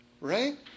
right